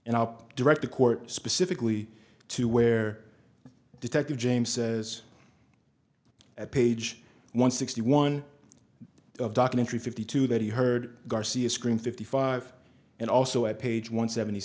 up direct the court specifically to where detective james says at page one sixty one of documentary fifty two that he heard garcia scream fifty five and also at page one seventy